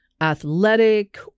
athletic